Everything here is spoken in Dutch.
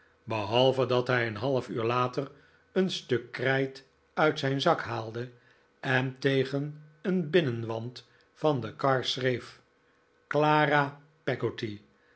behalve dat hij een half uur later een stuk krijt uit zijn zak haalde en tegen een binnenwand van de kar schreef clara